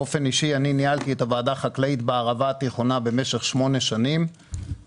באופן אישי ניהלתי את הוועדה החקלאית בערבה התיכונה במשך שמונה שנים,